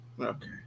Okay